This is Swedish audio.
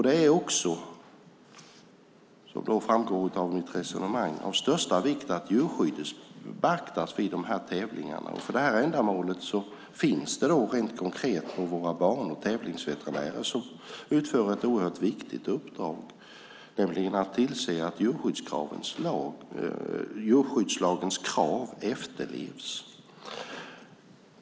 Det är också, som framgår av mitt resonemang, av största vikt att djurskyddet beaktas vid tävlingarna. För det ändamålet finns rent konkret på våra banor tävlingsveterinärer som utför ett oerhört viktigt uppdrag, nämligen att tillse att djurskyddslagens krav efterlevs.